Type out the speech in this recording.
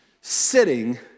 Sitting